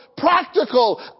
Practical